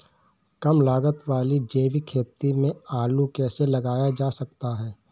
कम लागत वाली जैविक खेती में आलू कैसे लगाया जा सकता है?